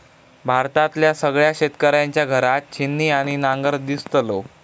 भारतातल्या सगळ्या शेतकऱ्यांच्या घरात छिन्नी आणि नांगर दिसतलो